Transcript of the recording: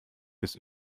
bis